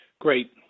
Great